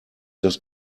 das